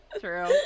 True